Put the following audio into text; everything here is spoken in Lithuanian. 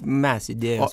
mes idėjos